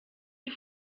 die